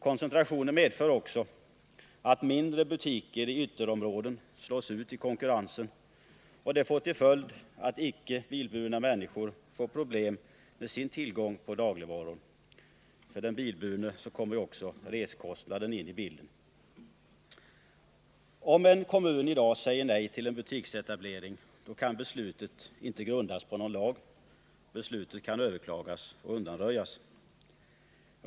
Koncentrationen medför också att mindre butiker i ytterområden slås ut i konkurrensen, och det får till följd att icke bilburna människor får problem med sin tillgång på dagligvaror. För den bilburne kommer också resekostnaden in i bilden. Om en kommun i dag säger nej till en butiksetablering kan beslutet inte grundas på någon lag. Beslutet kan överklagas och undanröjas.